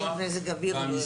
בשל מזג אוויר הם לא יגיעו.